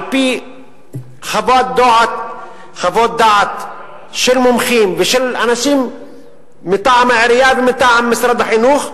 על-פי חוות דעת של מומחים ושל אנשים מטעם העירייה ומטעם משרד החינוך,